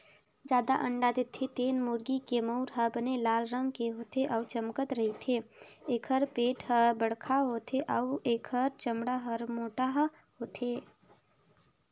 जादा अंडा देथे तेन मुरगी के मउर ह बने लाल रंग के होथे अउ चमकत रहिथे, एखर पेट हर बड़खा होथे अउ एखर चमड़ा हर मोटहा होथे